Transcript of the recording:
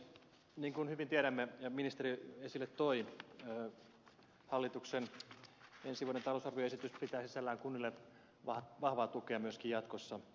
niin kuin hyvin tiedämme ja ministeri esille toi hallituksen ensi vuoden talousarvioesitys pitää sisällään kunnille vahvaa tukea myöskin jatkossa